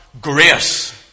grace